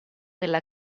della